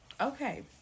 Okay